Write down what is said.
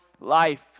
life